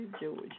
Georgia